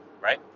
right